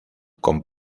con